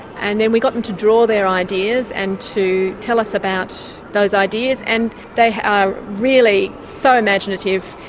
and then we got them to draw their ideas and to tell us about those ideas and they are really so imaginative.